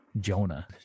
Jonah